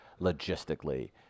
logistically